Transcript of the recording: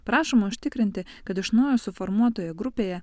prašoma užtikrinti kad iš naujo suformuotoje grupėje